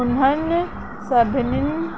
उन्हनि सभिनीनि